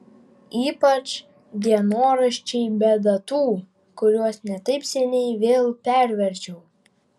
ypač dienoraščiai be datų kuriuos ne taip seniai vėl perverčiau